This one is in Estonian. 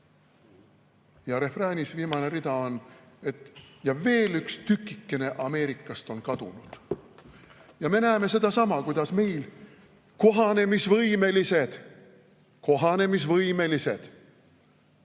Refrääni viimane rida on: "Veel üks tükike Ameerikast on kadunud." Me näeme sedasama, kuidas meil kohanemisvõimelised – kohanemisvõimelised!